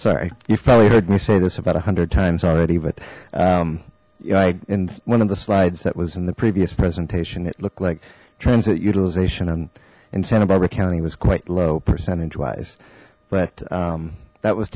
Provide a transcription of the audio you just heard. sorry you've probably heard me say this about a hundred times already but yeah and one of the slides that was in the previous presentation it looked like transit utilization and in santa barbara county was quite low percentage wise but that was